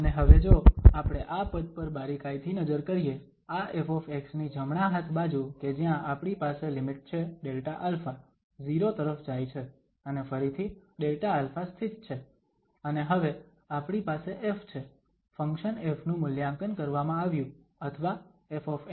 અને હવે જો આપણે આ પદ પર બારીકાઈથી નજર કરીએ આ ƒ ની જમણા હાથ બાજુ કે જ્યાં આપણી પાસે લિમિટ છે Δα 0 તરફ જાય છે અને ફરીથી Δα સ્થિત છે અને હવે આપણી પાસે F છે ફંક્શન F નું મૂલ્યાંકન કરવામાં આવ્યું અથવા FnΔα